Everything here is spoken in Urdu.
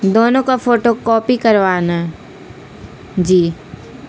دونوں کا فوٹو کاپی کروانا ہے جی